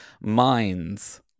minds